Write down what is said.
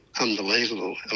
unbelievable